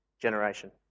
generation